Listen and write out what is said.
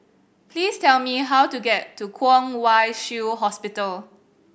please tell me how to get to Kwong Wai Shiu Hospital